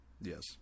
Yes